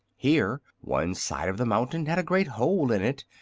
here one side of the mountain had a great hole in it,